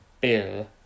Bill